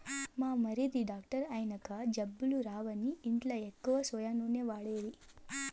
మా మరిది డాక్టర్ అయినంక జబ్బులు రావని ఇంట్ల ఎక్కువ సోయా నూనె వాడేది